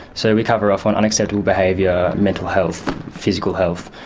so we cover off on unacceptable behaviour, mental health, physical health,